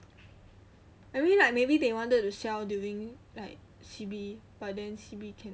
I mean like maybe they wanted to start doing like C_B but then C_B cannot